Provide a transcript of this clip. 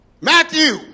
Matthew